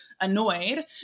annoyed